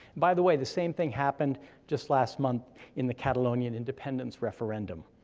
by the way, the same thing happened just last month in the catalonian independence referendum.